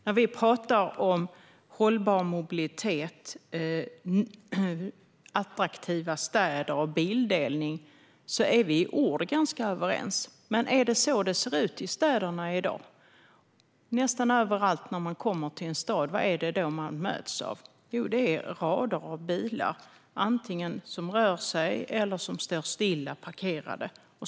När vi talar om hållbar mobilitet, attraktiva städer och bildelning är vi i ord ganska överens. Men är det på det sättet det ser ut i städerna i dag? Nästan överallt möts man av rader av bilar som antingen rör sig eller står stilla, parkerade.